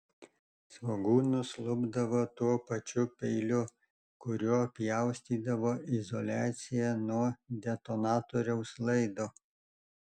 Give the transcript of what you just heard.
svogūnus lupdavo tuo pačiu peiliu kuriuo pjaustydavo izoliaciją nuo detonatoriaus laido